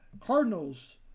Cardinals